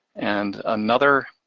and another